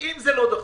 אם זה לא דחוף,